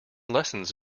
lessons